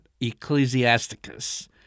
Ecclesiasticus